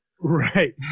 Right